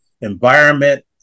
environment